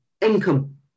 Income